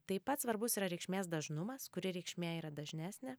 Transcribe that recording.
taip pat svarbus yra reikšmės dažnumas kuri reikšmė yra dažnesnė